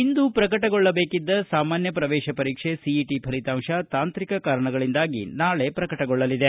ಇಂದು ಪ್ರಕಟಗೊಳ್ಳಬೇಕಿದ್ದ ಸಾಮಾನ್ಯ ಪ್ರವೇಶ ಪರೀಕ್ಷೆ ಸಿಇಟಿ ಫಲಿತಾಂಶ ತಾಂತ್ರಿಕ ಕಾರಣಗಳಿಂದಾಗಿ ನಾಳೆ ಪ್ರಕಟಗೊಳ್ದಲಿದೆ